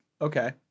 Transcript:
okay